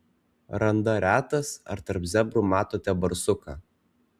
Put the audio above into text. randa retas ar tarp zebrų matote barsuką